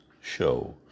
Show